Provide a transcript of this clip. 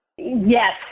Yes